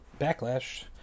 Backlash